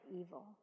evil